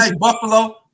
Buffalo